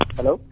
Hello